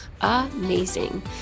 amazing